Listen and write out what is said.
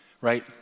right